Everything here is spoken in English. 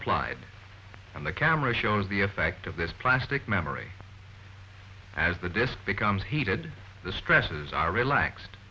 applied and the camera shows the effect of this plastic memory as the disk becomes heated the stresses are relaxed